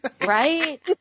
Right